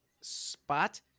spot